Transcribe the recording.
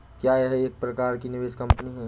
क्या यह एक प्रकार की निवेश कंपनी है?